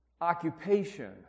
occupation